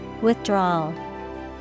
Withdrawal